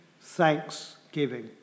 thanksgiving